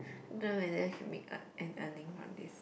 don't know whether you make a an earning from this